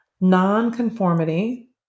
non-conformity